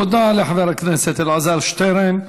תודה לחבר הכנסת אלעזר שטרן.